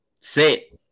Sit